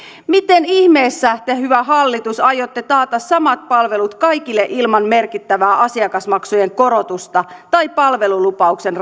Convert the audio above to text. miten ihmeessä te hyvä hallitus aiotte taata samat palvelut kaikille ilman merkittävää asiakasmaksujen korotusta tai palvelulupauksen